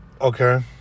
okay